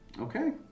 Okay